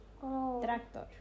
Tractor